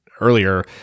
earlier